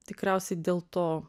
tikriausiai dėl to